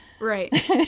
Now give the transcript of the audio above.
Right